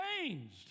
changed